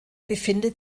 befindet